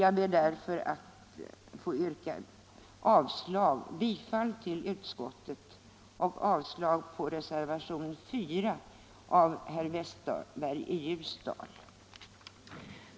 Jag ber därför på denna punkt att få yrka bifall till utskottets hemställan och avslag på reservationen 4 av herr Westberg i Ljusdal.